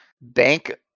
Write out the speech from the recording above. bank